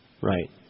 Right